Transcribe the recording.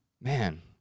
man